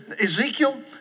Ezekiel